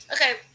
Okay